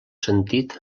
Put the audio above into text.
sentit